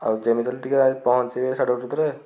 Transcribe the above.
ଆଉ ଯେମିତି ହେଲେ ଟିକେ ପହଞ୍ଚିବେ ସାଢ଼େ ଗୋଟେ ଭିତରେ